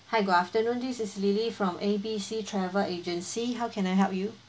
hi good afternoon this is lily from A B C travel agency how can I help you